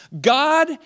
God